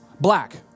Black